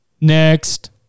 next